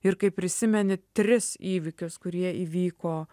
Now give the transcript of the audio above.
ir kaip prisimeni tris įvykius kurie įvyko